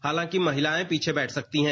हालांकि महिलाएं पीछे बैठ सकती हैं